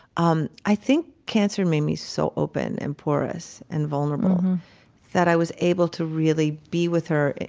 um i think cancer made me so open and porous and vulnerable that i was able to really be with her.